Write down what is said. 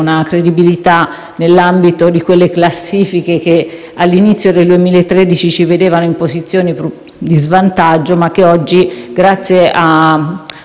una credibilità nell'ambito di quelle classifiche che all'inizio del 2013 ci vedevano in posizioni di svantaggio. Oggi, grazie a